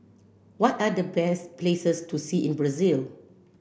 what are the best places to see in Brazil